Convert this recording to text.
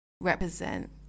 represent